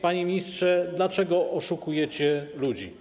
Panie ministrze, dlaczego oszukujecie ludzi?